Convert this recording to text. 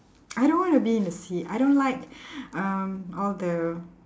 I don't want to be in the sea I don't like um all the